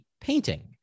painting